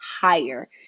higher